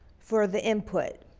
for the input.